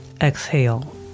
exhale